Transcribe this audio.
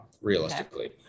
realistically